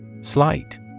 Slight